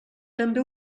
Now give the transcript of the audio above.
també